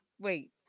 Wait